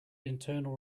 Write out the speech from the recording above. internal